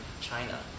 China